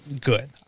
good